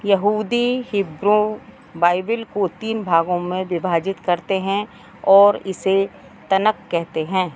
यहूदी Hebrew Bible को तीन भागों में बिभाजित करते हैं और इसे तनख कहते हैं